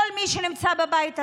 כל מי שנמצא בבית הזה,